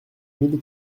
mille